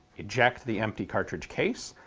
eject the empty cartridge case,